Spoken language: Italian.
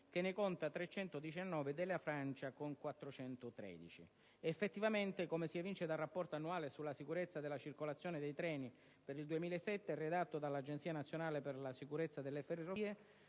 che ne conta 319, e della Francia con 413. Effettivamente, come si evince dal rapporto annuale sulla sicurezza della circolazione dei treni per il 2007, redatto dall'Agenzia nazionale per la sicurezza delle ferrovie,